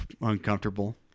uncomfortable